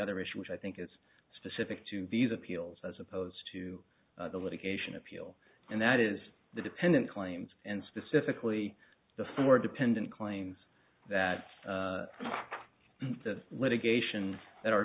other issue which i think it's specific to be the peels as opposed to the litigation appeal and that is the dependent claims and specifically the for dependent claims that the litigation that are